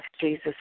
Jesus